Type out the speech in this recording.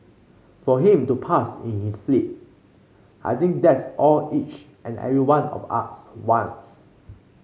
for him to pass in his sleep I think that's all each and every one of us wants